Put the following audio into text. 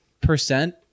percent